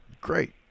Great